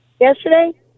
yesterday